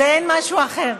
אין משהו אחר.